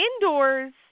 indoors